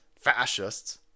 fascists